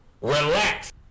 Relax